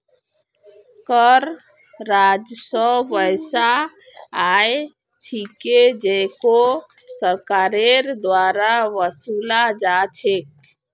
कर राजस्व वैसा आय छिके जेको सरकारेर द्वारा वसूला जा छेक